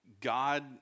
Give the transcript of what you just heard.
God